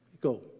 Go